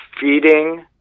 feeding